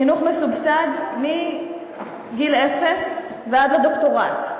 חינוך מסובסד מגיל אפס ועד לדוקטורט.